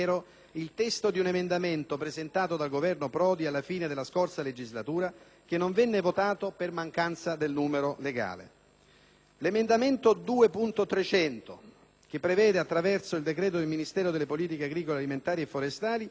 che non venne votato per mancanza del numero legale. Analogamente condivisibili sono l'emendamento 2.300, che prevede, attraverso il decreto del Ministero delle politiche agricole, alimentari e forestali, nuovi criteri per rafforzare l'attività dei consorzi di tutela